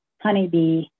honeybee